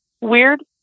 weird